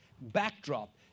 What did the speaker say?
backdrop